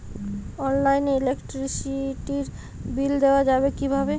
অনলাইনে ইলেকট্রিসিটির বিল দেওয়া যাবে কিভাবে?